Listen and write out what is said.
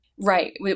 Right